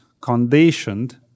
conditioned